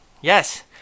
Yes